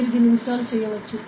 మీరు దీన్ని ఇన్స్టాల్ చేయవచ్చు